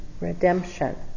redemption